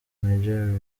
nigeria